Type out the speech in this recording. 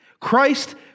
Christ